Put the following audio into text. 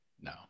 No